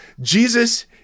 Jesus